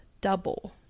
double